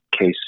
case